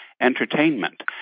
entertainment